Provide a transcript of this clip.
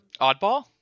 Oddball